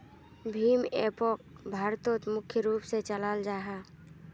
भीम एपोक भारतोत मुख्य रूप से चलाल जाहा